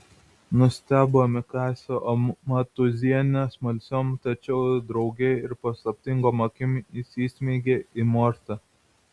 nustebo mikasė o matūzienė smalsiom tačiau drauge ir paslaptingom akim įsismeigė į mortą